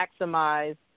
maximize